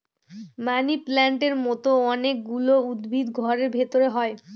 মানি প্লান্টের মতো অনেক গুলো উদ্ভিদ ঘরের ভেতরে হয়